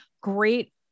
great